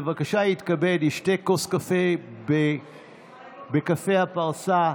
בבקשה יתכבד וישתה כוס קפה בקפה הפרסה.